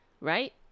Right